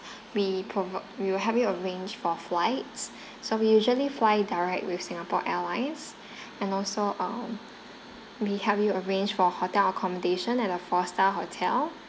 we promote we will help you arrange for flights so we usually fly direct with singapore airlines and also um we help you arrange for hotel accommodation at a four star hotel